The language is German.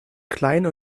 klein